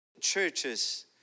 churches